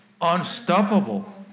unstoppable